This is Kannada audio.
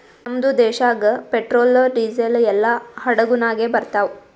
ನಮ್ದು ದೇಶಾಗ್ ಪೆಟ್ರೋಲ್, ಡೀಸೆಲ್ ಎಲ್ಲಾ ಹಡುಗ್ ನಾಗೆ ಬರ್ತಾವ್